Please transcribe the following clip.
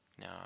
No